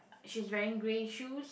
she's wearing grey shoes